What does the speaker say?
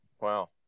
wow